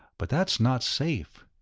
but that's not safe.